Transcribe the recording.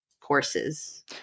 courses